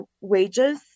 wages